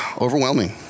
overwhelming